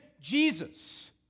Jesus